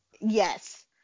Yes